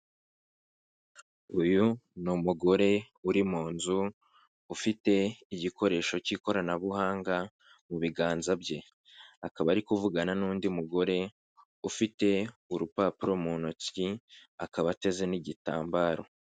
Uyu ni umugore uri mu nzu, ufite igikoresho cy'ikoranabuhanga mu biganza bye. Akaba ari kuvugana n'undi mugore ufite urupapuro mu ntoki, akaba ateze n'igitambaro.